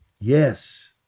Yes